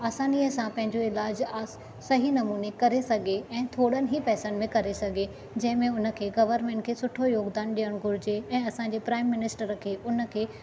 आसानीअ सां पंहिंजो इलाज सही नमूने करे सघे ऐं थोड़न ही पैसन में करे सघे जंहिं में हुन खे गवर्नमेंट खे सुठो योगदान ॾियण घुरिजे ऐं असां जे प्राइम मिनिस्टर खे उन खे